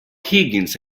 higgins